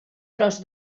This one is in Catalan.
tros